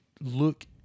look